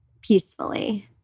peacefully